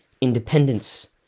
independence